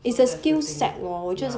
so that's the thing